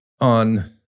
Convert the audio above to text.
on